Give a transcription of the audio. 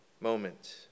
moment